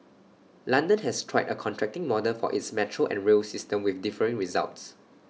London has tried A contracting model for its metro and rail system with differing results